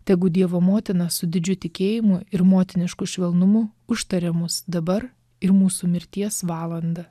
tegu dievo motina su didžiu tikėjimu ir motinišku švelnumu užtaria mus dabar ir mūsų mirties valandą